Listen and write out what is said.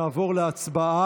אנחנו נעבור להצבעה.